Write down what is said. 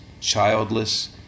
childless